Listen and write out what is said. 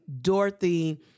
Dorothy